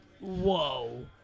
Whoa